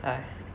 哎